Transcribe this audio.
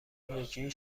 یکی